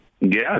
Yes